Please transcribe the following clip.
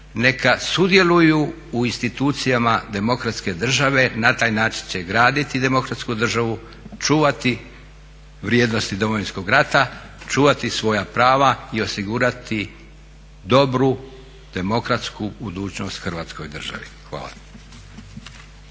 neka sudjeluju u institucijama demokratske države. Na taj način će graditi demokratsku državu, čuvati vrijednosti Domovinskog rata, čuvati svoja prava i osigurati dobru, demokratsku budućnost Hrvatskoj državi. Hvala.